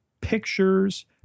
pictures